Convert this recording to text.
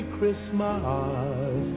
Christmas